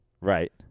Right